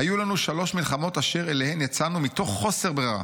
היו לנו שלוש מלחמות אשר אליהן יצאנו מתוך חוסר ברירה